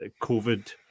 COVID